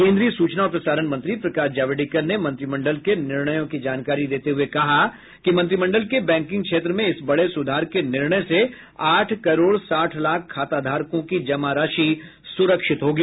केंद्रीय सूचना और प्रसारण मंत्री प्रकाश जावड़ेकर ने मंत्रिमंडल के निर्णयों की जानकारी देते हुए कहा कि मंत्रिमंडल के बैंकिंग क्षेत्र में इस बड़े सुधार के निर्णय से आठ करोड़ साठ लाख खाताधारकों की जमा राशि सुरक्षित होगी